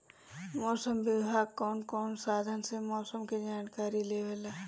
मौसम विभाग कौन कौने साधन से मोसम के जानकारी देवेला?